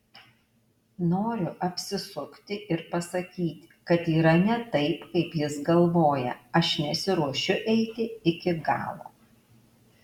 noriu apsisukti ir pasakyti kad yra ne taip kaip jis galvoja aš nesiruošiu eiti iki galo